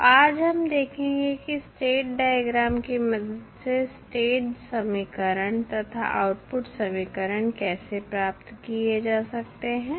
तो आज हम देखेंगे की स्टेट डायग्राम की मदद से स्टेट समीकरण तथा आउटपुट समीकरण कैसे प्राप्त किए जा सकते हैं